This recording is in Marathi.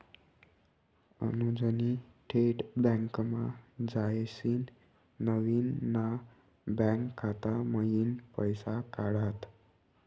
अनुजनी थेट बँकमा जायसीन नवीन ना बँक खाता मयीन पैसा काढात